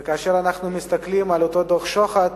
וכאשר אנחנו מסתכלים על אותו דוח-שוחט,